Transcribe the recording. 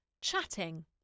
chatting